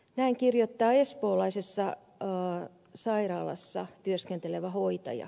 näin kirjoittaa espoolaisessa sairaalassa työskentelevä hoitaja